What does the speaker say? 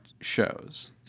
shows